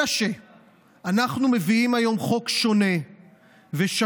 אלא שאנחנו מביאים היום חוק שונה ושפוי